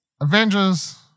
Avengers